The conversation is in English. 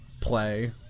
play